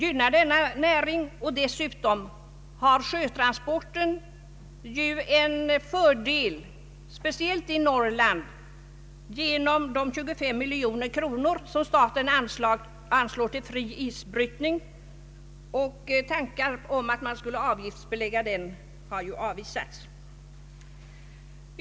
Vidare har sjötransporten speciellt i Norrland en fördel genom de 25 miljoner kronor som staten anslår till fri isbrytning, och förslag om att man skulle avgiftsbelägga den har ju avvisats.